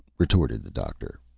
retorted the doctor.